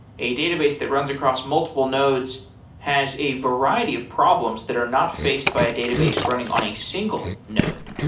a database that runs across multiple nodes has a variety of problems that are not faced by a database running on a single node.